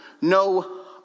no